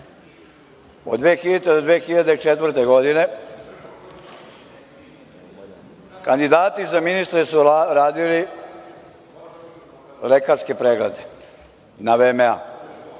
od 2000. do 2004. godine kandidati za ministre su radili lekarske preglede na VMA.